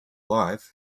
live